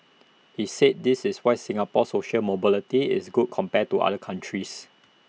he said this is why Singapore's social mobility is good compared to other countries